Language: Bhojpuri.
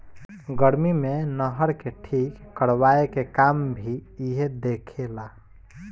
गर्मी मे नहर के ठीक करवाए के काम भी इहे देखे ला